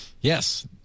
Yes